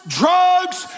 drugs